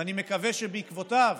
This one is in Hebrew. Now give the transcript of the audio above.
ואני מקווה שבעקבותיו